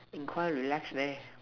in quite relax leh